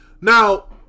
Now